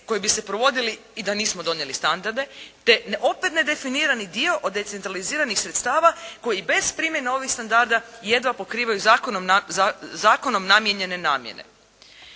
koji bi se provodili i da nismo donijeli standarde, te opet ne definira ni dio od decentraliziranih sredstava koji i bez primjene obih standarda jedva pokrivaju zakonom namijenjene namjene.